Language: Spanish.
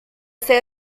sede